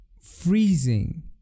freezing